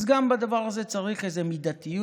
אז גם בדבר הזה צריך איזו מידתיות,